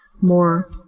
more